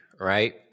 right